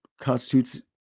constitutes